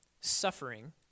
suffering